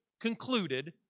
concluded